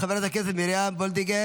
חברת הכנסת מיכל מרים וולדיגר,